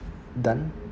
done